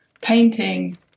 painting